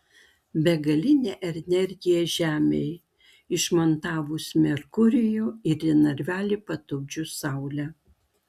begalinė energija žemei išmontavus merkurijų ir į narvelį patupdžius saulę